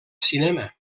cinema